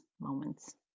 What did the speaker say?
moments